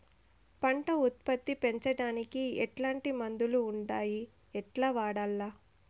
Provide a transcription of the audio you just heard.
పంట ఉత్పత్తి పెంచడానికి ఎట్లాంటి మందులు ఉండాయి ఎట్లా వాడల్ల?